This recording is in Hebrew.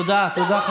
תודה, תודה,